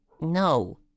no